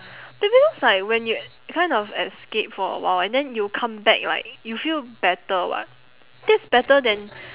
be~ because like when you kind of escape for awhile and then you come back like you feel better [what] that's better than